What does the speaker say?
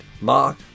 Mark